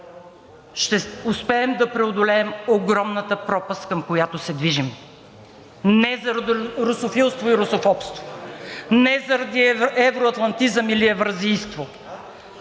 ще успеем да преодолеем огромната пропаст, към която се движим. Не за русофилство и русофобство, не заради евроатлантизъм или евразийство,